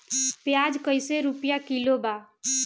प्याज कइसे रुपया किलो बा?